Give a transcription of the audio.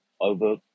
over